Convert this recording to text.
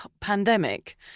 pandemic